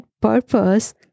purpose